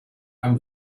and